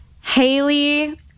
Haley